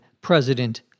president